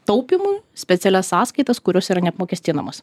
taupymui specialias sąskaitas kurios yra neapmokestinamos